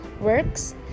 works